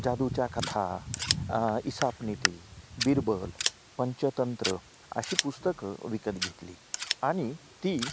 जादूच्या कथा ईसापनीति बिरबल पंचतंत्र अशी पुस्तकं विकत घेतली आणि ती